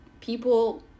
people